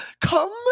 come